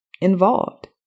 involved